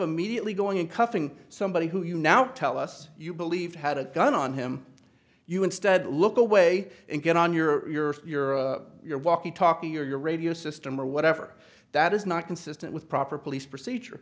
immediately going in cuffing somebody who you now tell us you believe had a gun on him you instead look away and get on your your your walkie talkie your radio system or whatever that is not consistent with proper police procedure